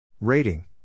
Rating